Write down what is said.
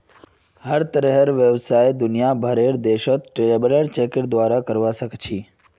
हर तरहर व्यवसाय दुनियार भरेर देशत ट्रैवलर चेकेर द्वारे करवा सख छि